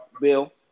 bill